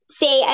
say